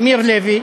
אמיר לוי,